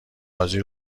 بازی